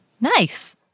Nice